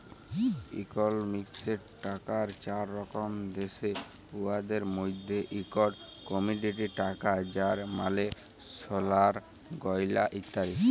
ইকলমিক্সে টাকার চার রকম দ্যাশে, উয়াদের মইধ্যে ইকট কমডিটি টাকা যার মালে সলার গয়লা ইত্যাদি